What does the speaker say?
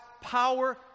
power